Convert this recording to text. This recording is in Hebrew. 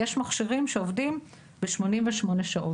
יש מכשירים שעובדים ב-88 שעות.